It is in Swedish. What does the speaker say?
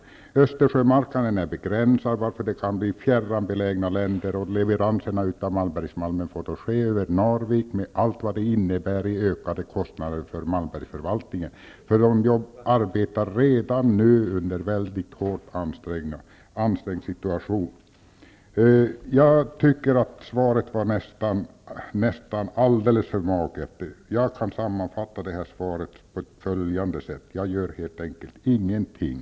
Östersjömarknaden är begränsad, varför det kan bli fråga om fjärran belägna länder. Leveranserna av Malmbergsmalmen får då ske över Narvik, med allt vad det innebär i ökade kostnader för Malmbergsförvaltningen. Den arbetar redan nu under mycket hårt ansträngda förhållanden. Jag tycker att svaret var alldeles för magert. Jag kan sammanfatta statsrådets svar på följande sätt: Jag gör helt enkelt ingenting.